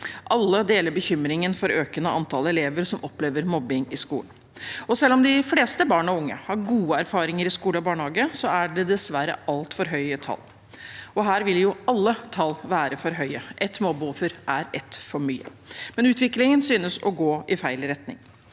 Alle deler bekymringen for et økende antall elever som opplever mobbing i skolen. Selv om de fleste barn og unge har gode erfaringer i skole og barnehage, er det dessverre altfor høye tall – og her vil jo alle tall være for høye, for ett mobbeoffer er ett for mye – og utviklingen synes å gå i feil retning.